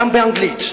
גם באנגלית.